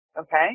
Okay